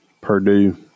Purdue